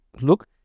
look